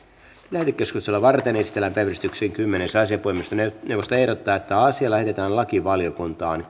lähetekeskustelua varten esitellään päiväjärjestyksen kymmenes asia puhemiesneuvosto ehdottaa että asia lähetetään lakivaliokuntaan